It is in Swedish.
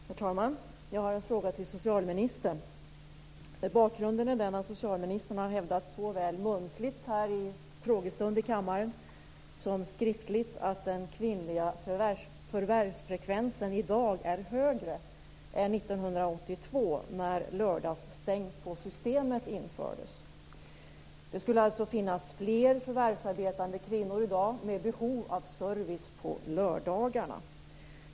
Herr talman! Jag har en fråga till socialministern. Bakgrunden är den att socialministern såväl muntligt i en frågestund här i kammaren som skriftligt har hävdat att den kvinnliga förvärvsfrekvensen i dag är högre än 1982, när lördagsstängt på systemet infördes. Det skulle alltså i dag finnas fler förvärvsarbetande kvinnor med behov av service på lördagarna.